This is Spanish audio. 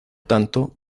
tanto